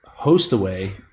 Hostaway